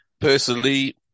Personally